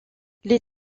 les